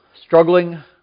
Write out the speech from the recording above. struggling